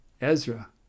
Ezra